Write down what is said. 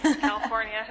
California